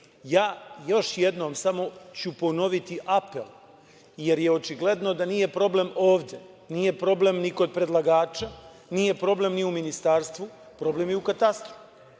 jednom ću samo ponoviti apel, jer je očigledno da nije problem ovde, nije problem ni kod predlagača, nije problem ni u ministarstvu, problem je u Katastru.